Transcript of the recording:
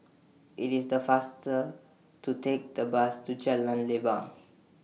IT IS The faster to Take The Bus to Jalan Leban